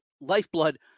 lifeblood